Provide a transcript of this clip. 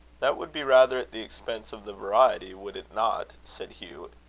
that would be rather at the expense of the variety, would it not? said hugh,